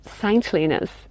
saintliness